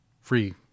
free